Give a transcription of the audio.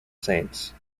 saints